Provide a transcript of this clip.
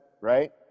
right